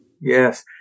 Yes